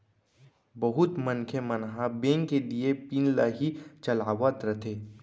बहुत मनखे मन ह बेंक के दिये पिन ल ही चलावत रथें